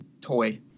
toy